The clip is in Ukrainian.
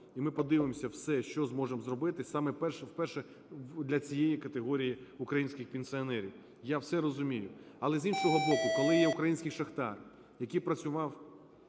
і ми подивимося все, що зможемо зробити, саме перше – для цієї категорії українських пенсіонерів, я все розумію. Але, з іншого боку, коли є український шахтар, який працював